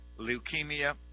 leukemia